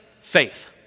faith